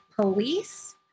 police